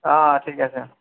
অ ঠিক আছে